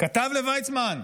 כתב לוויצמן: